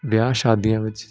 ਵਿਆਹ ਸ਼ਾਦੀਆਂ ਵਿੱਚ